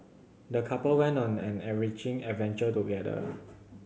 the couple went on an enriching adventure together